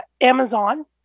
Amazon